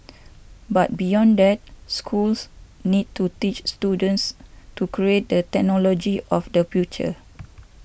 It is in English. but beyond that schools need to teach students to create the technology of the future